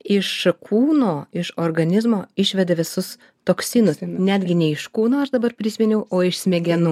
iš kūno iš organizmo išvedė visus toksinus netgi ne iš kūno ar dabar prisiminiau o iš smegenų